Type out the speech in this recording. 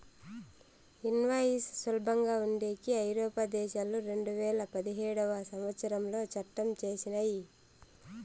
invoice సులభంగా ఉండేకి ఐరోపా దేశాలు రెండువేల పదిహేడవ సంవచ్చరంలో చట్టం చేసినయ్